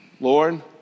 Lord